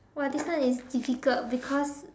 !wah! this one is difficult because